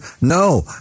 No